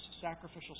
sacrificial